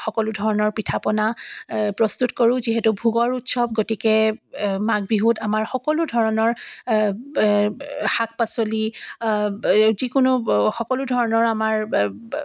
সকলো ধৰণৰ পিঠাপনা প্ৰস্তুত কৰোঁ যিহেটো ভোগৰ উৎসৱ গতিকে মাঘ বিহুত আমাৰ সকলো ধৰণৰ শাক পাচলি যিকোনো সকলো ধৰণৰ আমাৰ